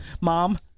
mom